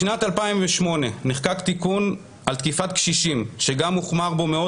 בשנת 2008 נחקק תיקון על תקיפת קשישים שגם הוחמר בו מאוד